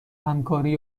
همکاری